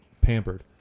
pampered